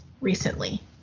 recently